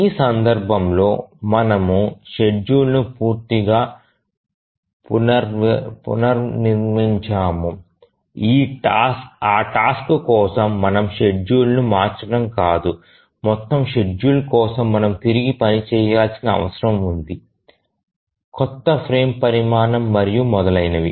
ఈ సందర్భంలో మనము షెడ్యూల్ ను పూర్తిగా పునర్నిర్మించాము ఆ టాస్క్ కోసం మనము షెడ్యూల్ ను మార్చడం కాదు మొత్తం షెడ్యూల్ కోసం మనము తిరిగి పని చేయాల్సిన అవసరం ఉంది కొత్త ఫ్రేమ్ పరిమాణం మరియు మొదలైనవి